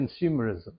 consumerism